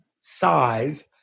size